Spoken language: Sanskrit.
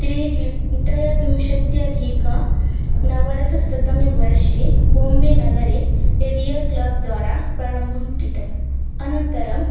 त्री ज्वि त्रयोविंशत्यधिक नवदशशततमे वर्षे बोम्बे नगरे रेडियो क्लब्द्वारा पारम्भः कृतः अनन्तरं